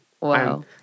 Wow